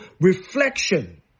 Reflection